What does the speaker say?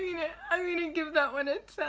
i'm gonna give that one a